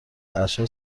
ارشد